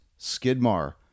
Skidmar